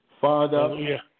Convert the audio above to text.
Father